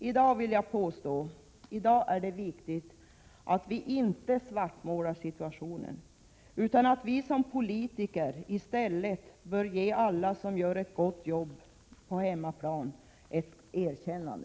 Jag vill påstå att det i dag är viktigt att vi inte svartmålar situationen utan att vi som politiker i stället ger alla som gör ett bra jobb på hemmaplan ett erkännande.